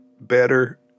better